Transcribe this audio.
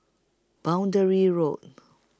Boundary Road